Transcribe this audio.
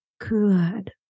good